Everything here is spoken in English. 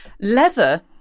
leather